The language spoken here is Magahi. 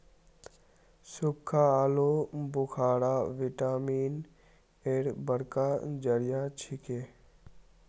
सुक्खा आलू बुखारा विटामिन एर बड़का जरिया छिके